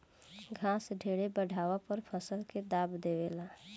घास ढेरे बढ़ला पर फसल के दाब देवे ला